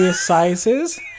sizes